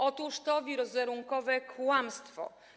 Otóż to wizerunkowe kłamstwo.